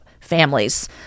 families